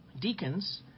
deacons